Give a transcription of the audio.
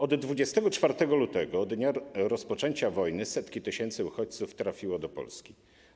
Od 24 lutego, dnia rozpoczęcia wojny, setki tysięcy uchodźców trafiło do Polski.